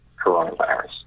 coronavirus